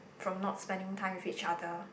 from not spending time with each other